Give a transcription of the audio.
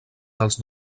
dels